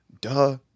duh